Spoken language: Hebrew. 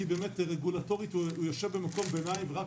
כי רגולטורית הוא יושב במקום ביניים ורק